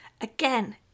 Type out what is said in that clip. Again